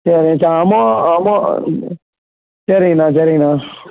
சரி அமோ அமோ சரிங்கண்ணா சரிங்கண்ணா